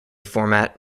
format